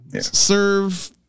serve